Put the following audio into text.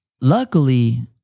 luckily